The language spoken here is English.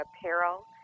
apparel